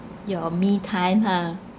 your me time ha